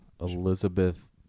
Elizabeth